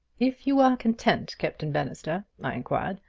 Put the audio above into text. if you were content, captain bannister, i inquired,